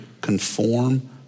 conform